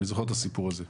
אני זוכר את הסיפור הזה,